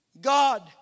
God